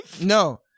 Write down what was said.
No